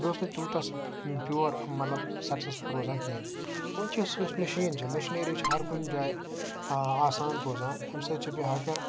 بیٚیہِ اوس نہٕ تیوٗتاہ سُہ پیور مَطلَب سَکسٔسفُل روزان کِہیٖنۍ ونکٮ۪س یۄس مِشیٖن چھ میٚشیٖنری چھِ ہر کُنہِ جایہِ آسان روزان امہِ سۭتۍ چھُ بیٚیہِ ہر کینٛہہ